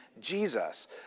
Jesus